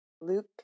Luke